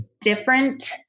different